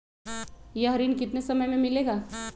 यह ऋण कितने समय मे मिलेगा?